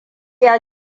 ya